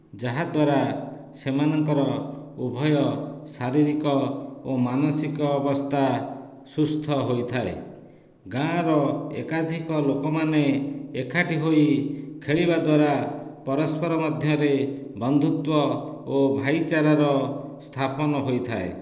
ଯାହାଦ୍ୱାରା ସେମାନଙ୍କର ଉଭୟ ଶାରୀରିକ ଓ ମାନସିକ ଅବସ୍ଥା ସୁସ୍ଥ ହୋଇଥାଏ ଗାଁର ଏକାଧିକ ଲୋକମାନେ ଏକାଠି ହୋଇ ଖେଳିବା ଦ୍ୱାରା ପରସ୍ପର ମଧ୍ୟରେ ବନ୍ଧୁତ୍ୱ ଓ ଭାଇଚାରାର ସ୍ଥାପନ ହୋଇଥାଏ